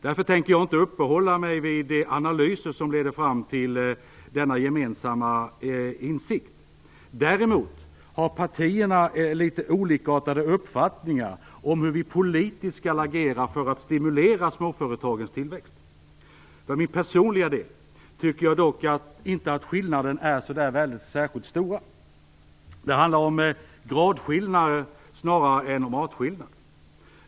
Därför tänker jag inte uppehålla mig vid de analyser som leder fram till denna gemensamma insikt. Däremot har partierna litet olikartade uppfattningar om hur vi politiskt skall agera för att stimulera småföretagens tillväxt. För min personliga del tycker jag dock inte att skillnaderna är så särskilt stora. Det handlar om gradskillnader snarare än om artskillnader.